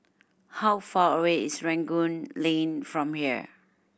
how far away is Rangoon Lane from here